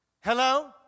Hello